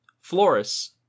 Floris